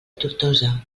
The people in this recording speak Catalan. tortosa